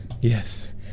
Yes